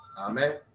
Amen